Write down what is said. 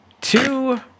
two